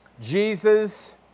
Jesus